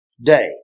day